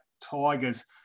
Tigers